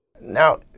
Now